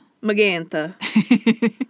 Magenta